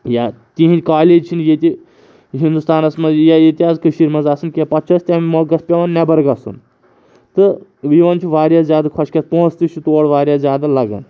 یا تِہِنٛدۍ کالج چھِنہٕ ییٚتہِ ہِندُستانَس منٛز یا ییٚتہِ حظ کٔشیٖرِ منٛز آسَان کینٛہہ پَتہٕ چھُ اَسہِ تَمہِ مۄکھٕ پٮ۪وان نٮ۪بر گژھُن تہٕ یِوان چھِ واریاہ زیادٕ خۄشکیٚتھ پۄنٛسہٕ تہِ چھِ تور واریاہ زیادٕ لَگَان